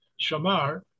Shamar